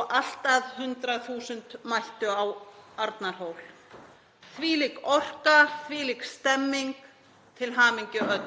og allt að 100.000 mættu á Arnarhól. Þvílík orka, þvílík stemning. Til hamingju öll.